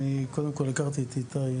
קודם כול, אני הכרתי את איתי מעין